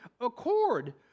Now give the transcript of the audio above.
accord